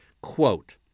Quote